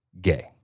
Gay